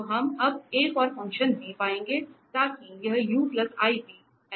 तो हम अब एक और फ़ंक्शन v पाएंगे ताकि यह u iv अनलिटिक हो जाए